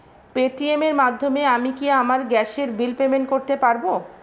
Paytm এর মাধ্যমে আমি কি আমার গ্যাসের বিল পেমেন্ট করতে পারব?